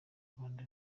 rwanda